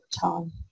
time